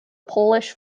polish